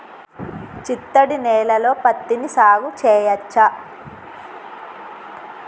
చిత్తడి నేలలో పత్తిని సాగు చేయచ్చా?